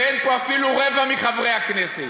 ואין פה אפילו רבע מחברי הכנסת,